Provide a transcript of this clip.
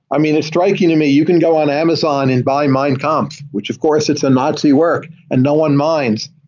i mean, it striking to me, you can go on amazon and buy mein kampf, which of course it's a nazi work and no one minds.